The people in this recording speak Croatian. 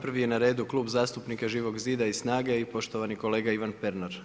Prvi je na redu Klub zastupnika Živog zida i SNAGA-e i poštovani kolega Ivan Pernar.